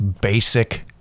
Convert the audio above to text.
basic